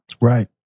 Right